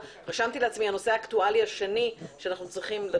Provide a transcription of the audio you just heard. רשמתי לעצמי שהוא הנושא האקטואלי השני שאנחנו צריכים לדבר עליו.